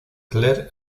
claire